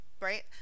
right